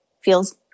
feels